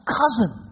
cousin